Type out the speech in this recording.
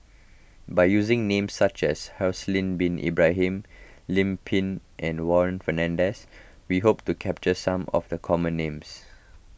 by using names such as Haslir Bin Ibrahim Lim Pin and Warren Fernandez we hope to capture some of the common names